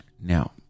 Now